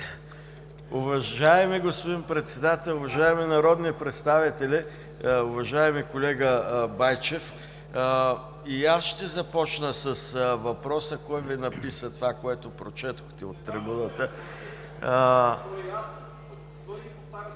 Уважаеми господин Председател, уважаеми народни представители, уважаеми колега Байчев! И аз ще започна с въпроса: кой Ви написа това, което прочетохте от трибуната? ХАМИД ХАМИД (ДПС, от